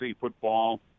football